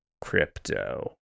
crypto